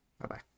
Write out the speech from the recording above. Bye-bye